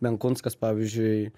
benkunskas pavyzdžiui